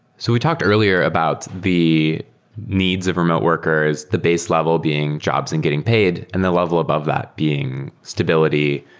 so we talked earlier about the needs of remote workers, the base level being jobs and getting paid and the level above that being stability.